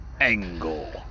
Angle